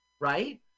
right